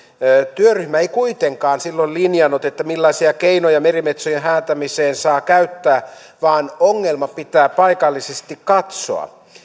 työryhmä ei kuitenkaan silloin linjannut millaisia keinoja merimetsojen häätämiseen saa käyttää vaan ongelma pitää paikallisesti katsoa